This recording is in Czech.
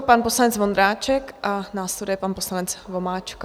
Pan poslanec Vondráček a následuje pan poslanec Vomáčka.